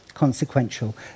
Consequential